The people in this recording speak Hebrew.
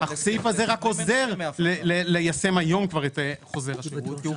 הסעיף הזה עוזר ליישם כבר היום את חוזר השירות כי הוא